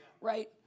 right